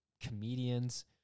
comedians